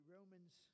Romans